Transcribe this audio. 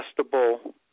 adjustable